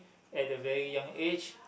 at the very young age